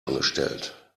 angestellt